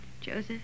Joseph